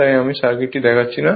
তাই আমি সার্কিটে যাচ্ছি না